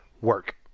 work